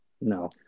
No